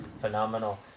Phenomenal